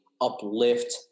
uplift